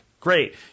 Great